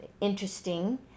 interesting